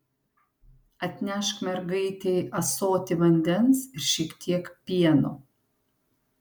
atnešk mergaitei ąsotį vandens ir šiek tiek pieno